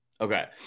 Okay